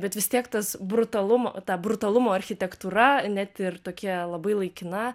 bet vis tiek tas brutalum ta brutalumo architektūra net ir tokie labai laikina